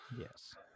Yes